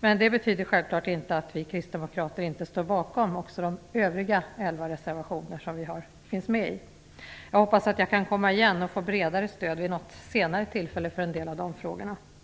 Det betyder självklart inte att vi kristdemokrater inte står bakom även de övriga elva reservationer som vi finns med på. Jag hoppas att jag kan återkomma och få bredare stöd vid något senare tillfälle för en del av de frågor som berörs i dem.